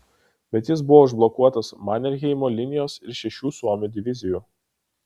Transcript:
bet jis buvo užblokuotas manerheimo linijos ir šešių suomių divizijų